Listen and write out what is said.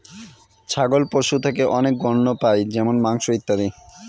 ছাগল পশু থেকে অনেক পণ্য পাই যেমন মাংস, ইত্যাদি